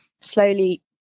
slowly